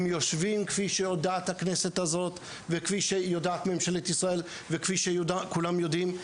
כפי שהכנסת הזאת יודעת וכפי שממשלת ישראל יודעת וכפי שכולם יודעים,